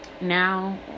now